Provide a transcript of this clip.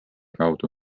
kaudu